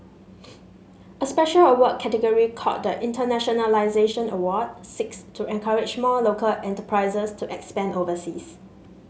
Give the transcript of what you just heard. a special award category called the Internationalisation Award seeks to encourage more local enterprises to expand overseas